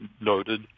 noted